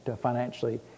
financially